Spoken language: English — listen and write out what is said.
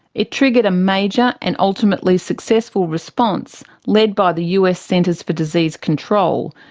it triggered a major and ultimately successful response led by the us centres for disease control.